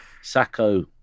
Sacco